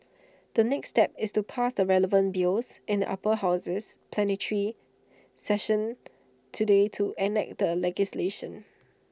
the next step is to pass the relevant bills in the upper houses plenary session today to enact the legislation